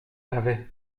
navet